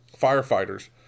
Firefighters